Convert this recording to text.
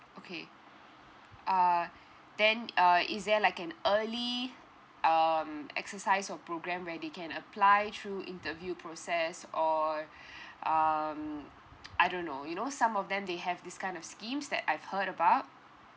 okay uh then uh is there like an early um exercise or program where they can apply through interview process or um I don't know you know some of them they have this kind of schemes that I've heard about